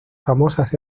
famosas